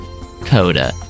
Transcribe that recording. Coda